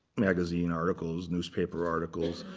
magazine articles, newspaper articles.